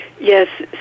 Yes